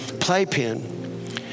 playpen